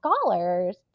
scholars